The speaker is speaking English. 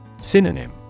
Synonym